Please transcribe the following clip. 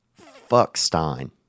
Fuckstein